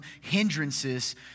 hindrances